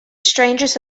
strangest